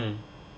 mm